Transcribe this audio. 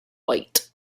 white